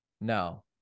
No